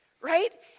right